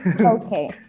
Okay